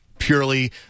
purely